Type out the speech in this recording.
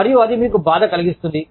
మరియు అది మీకు బాధ కలిగిస్తుంది